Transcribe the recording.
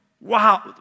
Wow